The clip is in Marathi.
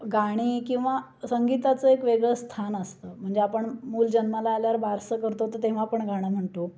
गाणी किंवा संगीताचं एक वेगळं स्थान असतं म्हणजे आपण मूल जन्माला आल्यावर बारसं करतो तर तेव्हा पण गाणं म्हणतो